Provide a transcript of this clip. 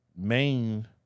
main